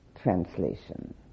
translation